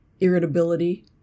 irritability